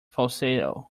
falsetto